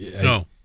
No